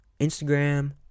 Instagram